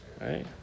Right